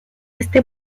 este